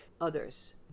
others